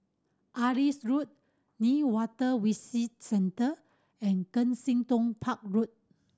Adis Road Newater Visitor Centre and Kensington Park Road